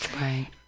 Right